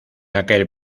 aquel